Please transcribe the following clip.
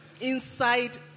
inside